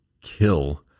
kill